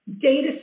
data